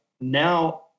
now